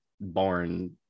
born